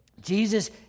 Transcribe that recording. Jesus